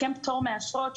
הסכם פטור מאשרות,